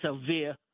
severe